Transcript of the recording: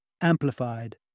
amplified